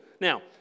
Now